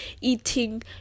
eating